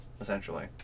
essentially